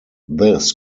this